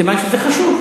סימן שזה חשוב.